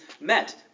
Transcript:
met